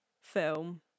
film